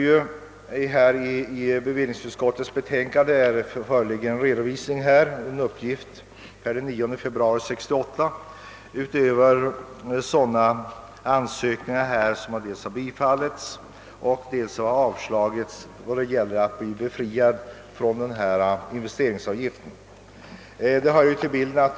I bevillningsutskottets betänkande finns en redovisning per den 9 februari 1968 över sådana ansökningar om befrielse från investeringsavgift som bifallits respektive avslagits.